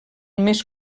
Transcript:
més